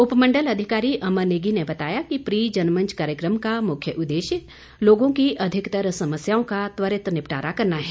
उपमंडल अधिकारी अमर नेगी ने बताया कि प्री जनमंच कार्यकम का मुख्य उददेश्य लोगों की अधिकतर समस्याओं का त्वरित निपटारा करना है